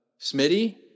Smitty